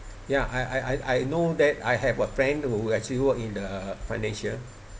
ya I I I I know that I have a friend who actually work in the financial